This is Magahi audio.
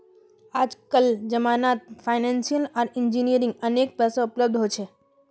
आजकल जमानत फाइनेंसियल आर इंजीनियरिंग अनेक पैसा उपलब्ध हो छे